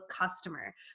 customer